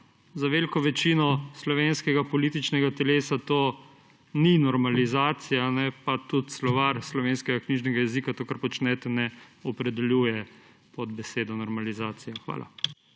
Za veliko večino slovenskega političnega telesa to ni normalizacija, pa tudi Slovar slovenskega knjižnega jezika tega, kar počnete, ne opredeljuje pod besedo normalizacija. Hvala.